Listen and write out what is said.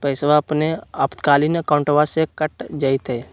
पैस्वा अपने आपातकालीन अकाउंटबा से कट जयते?